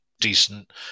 decent